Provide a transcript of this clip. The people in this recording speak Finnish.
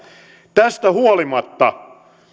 tästä huolimatta